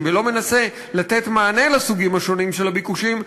ולא מנסה לתת מענה לסוגים השונים של הביקושים,